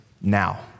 now